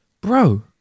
bro